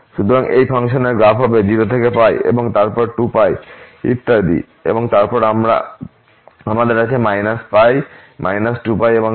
সুতরাং এই ফাংশনের গ্রাফ হবে তাই 0 থেকে এবং তারপর 2π ইত্যাদি এবং তারপর আমাদের আছে π 2π এবং তাই